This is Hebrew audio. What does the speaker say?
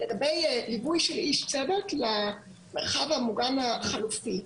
לגבי ליווי של איש צוות למרחב המוגן החלופי.